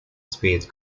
speed